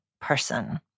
person